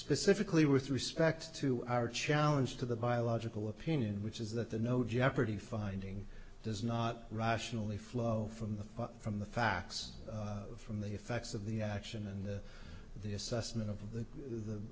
specifically with respect to our challenge to the biological opinion which is that the no jeopardy finding does not rationally flow from the from the facts from the effects of the action and the